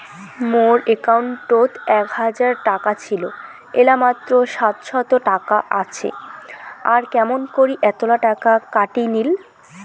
মোর একাউন্টত এক হাজার টাকা ছিল এলা মাত্র সাতশত টাকা আসে আর কেমন করি এতলা টাকা কাটি নিল?